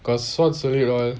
got sword salute all